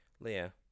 Leah